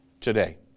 today